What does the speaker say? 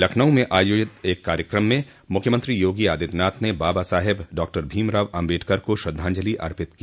लखनऊ में आयोजित एक कार्यकम में मुख्यमंत्री योगी आदित्यनाथ ने बाबा साहेब डॉक्टर भीमराव आम्बेडकर को श्रद्वांजलि अर्पित की